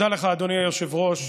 תודה לך, אדוני היושב-ראש.